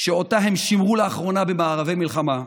שאותה הם שימרו לאחרונה במארבי מלחמה,